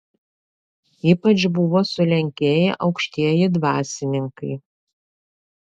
ypač buvo sulenkėję aukštieji dvasininkai